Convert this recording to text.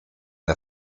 der